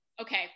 okay